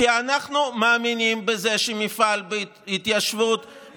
כי אנחנו מאמינים בזה שמפעל ההתיישבות,